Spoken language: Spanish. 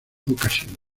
ocasiones